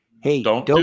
Hey